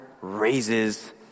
raises